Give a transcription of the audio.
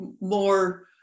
more